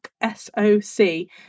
S-O-C